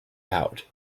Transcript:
out